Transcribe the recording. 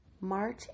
March